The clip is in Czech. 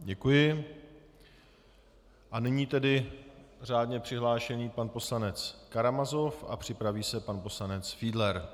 Děkuji a nyní tedy řádně přihlášený pan poslanec Karamazov a připraví se pan poslanec Fiedler.